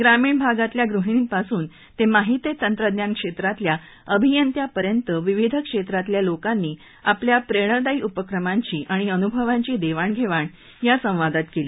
ग्रामीण भागातल्या गृहिणींपासून ते माहिती तंत्रज्ञान क्षेत्रातल्य अभियंत्यांपर्यंत विविध क्षेत्रातल्या लोकांनी आपल्या प्रेरणादायी उपक्रमांची आणि अनुभवांची देवाण घेवाण या संवादात केली